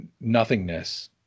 nothingness